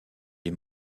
des